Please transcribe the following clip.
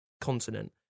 continent